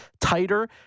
tighter